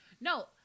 No